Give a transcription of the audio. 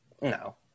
No